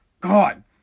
God